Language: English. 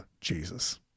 Jesus